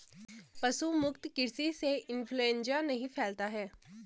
पशु मुक्त कृषि से इंफ्लूएंजा नहीं फैलता है